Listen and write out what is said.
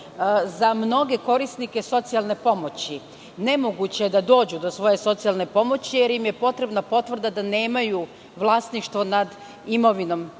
mnoge korisnike socijalne pomoći nemoguće je da dođu do svoje socijalne pomoći, jer im je potrebna potvrda da nemaju vlasništvo nad imovinom